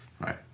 Right